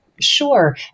Sure